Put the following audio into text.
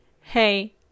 Hey